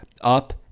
up